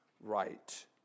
right